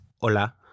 Hola